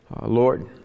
Lord